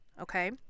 okay